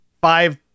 five